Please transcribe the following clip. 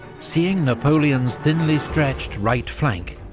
seeing napoleon's thinly-stretched right flank,